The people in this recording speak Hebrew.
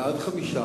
5,